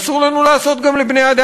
אסור לנו לעשות גם לבני-אדם.